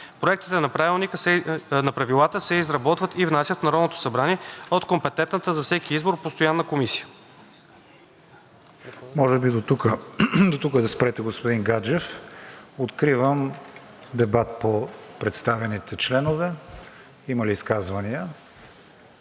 Проектите на правилата се изработват и внасят в Народното събрание от компетентната за всеки избор постоянна комисия.“ ПРЕДСЕДАТЕЛ КРИСТИАН ВИГЕНИН: Може би дотук да спрете, господин Гаджев. Откривам дебат по представените членове. Има ли изказвания?